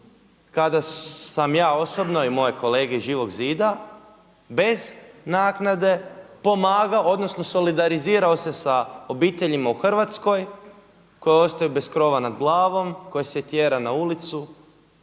kada sam ja osobno i moje kolege iz Živog zida bez naknade pomagao, odnosno solidarizirao se sa obiteljima u Hrvatskoj koje ostaju bez krova nad glavom, koje se tjera na ulicu,